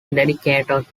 dedicated